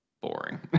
boring